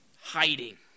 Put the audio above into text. hiding